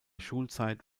schulzeit